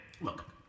Look